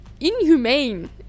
inhumane